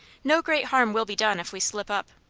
no great harm will be done if we slip up.